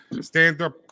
stand-up